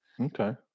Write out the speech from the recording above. Okay